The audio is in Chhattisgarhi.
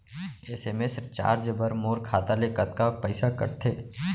एस.एम.एस चार्ज बर मोर खाता ले कतका पइसा कटथे?